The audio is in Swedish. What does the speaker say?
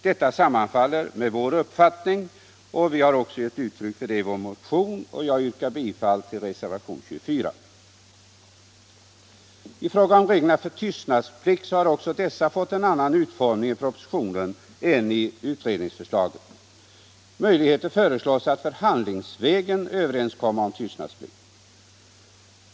Detta sammanfaller med vår uppfattning, och vi har också gett uttryck för detta i vår motion. Jag yrkar bifall till reservationen 24. Också reglerna för tystnadsplikt har fått en något annan utformning i propositionen än i utredningsförslaget. Möjligheter föreslås att förhandlingsvägen överenskomma om tystnadsplikt.